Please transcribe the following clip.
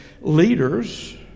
leaders